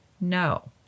no